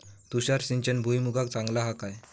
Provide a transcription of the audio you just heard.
तुषार सिंचन भुईमुगाक चांगला हा काय?